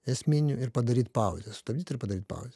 esminių ir padaryt pauzę sustabdyt ir padaryt pauzę